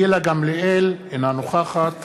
גילה גמליאל, אינה נוכחת